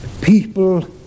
people